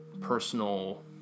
personal